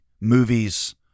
movies